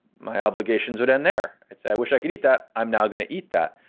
my obligations would end there. i'd say, i wish i could eat that. i'm now going to eat that.